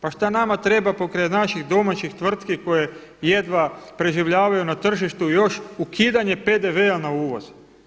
Pa šta nama treba pokraj naših domaćih tvrtki koje jedna preživljavaju na tržištu još ukidanje PDV-a na uvoz?